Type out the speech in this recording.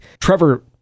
Trevor